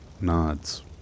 nods